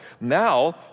Now